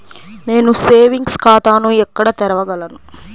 నేను సేవింగ్స్ ఖాతాను ఎక్కడ తెరవగలను?